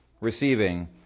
receiving